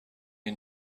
این